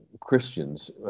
Christians